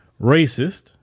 racist